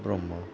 Brahma